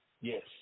yes